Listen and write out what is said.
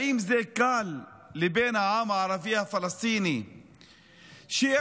האם זה קל לבן העם הערבי הפלסטיני להכיר,